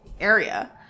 area